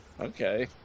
Okay